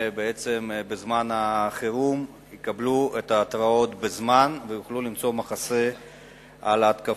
שבזמן חירום אנשים יקבלו את ההתרעות בזמן ויוכלו למצוא מחסה מההתקפות.